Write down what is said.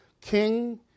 king